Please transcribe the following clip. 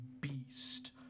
beast